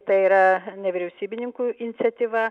tai yra nevyriausybininkų iniciatyva